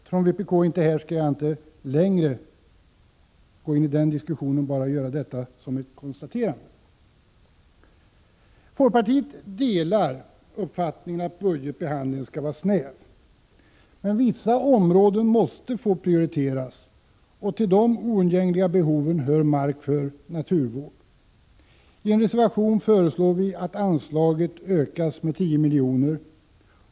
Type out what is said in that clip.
Eftersom vpk inte är här skall jag inte gå längre in i den diskussionen utan nöjer mig med det konstaterandet. Folkpartiet delar uppfattningen att budgetbehandlingen skall vara snäv. Vissa områden måste få prioriteras. Till de oundgängliga behoven hör mark för naturvård. I en reservation föreslår vi att anslaget ökas med 10 miljoner.